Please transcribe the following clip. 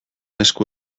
esku